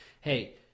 Hey